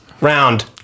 round